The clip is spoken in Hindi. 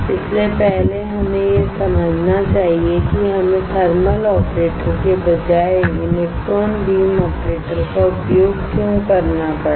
इसलिए पहले हमें यह समझना चाहिए कि हमें थर्मल ऑपरेटर के बजाय इलेक्ट्रॉन बीम ऑपरेटर का उपयोग क्यों करना पड़ा